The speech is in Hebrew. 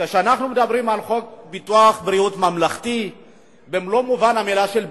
כשאנחנו מדברים על חוק ביטוח בריאות ממלכתי במלוא מובן המלה של ביטוח,